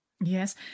Yes